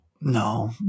No